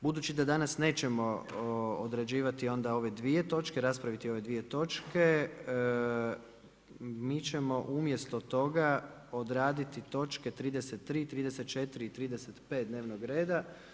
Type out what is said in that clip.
Budući da danas nećemo odrađivati onda ove dvije točke, raspraviti ove dvije točke mi ćemo umjesto toga odraditi točke 33., 34. i 35. dnevnog reda.